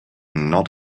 not